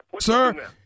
Sir